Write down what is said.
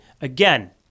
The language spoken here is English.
Again